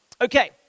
Okay